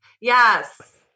Yes